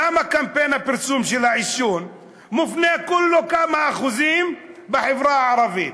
למה קמפיין הפרסום של העישון מופנה כולו לכמה אחוזים בחברה הערבית?